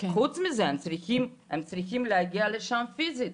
חוץ מזה הם צריכים להגיע לשם פיזית,